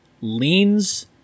leans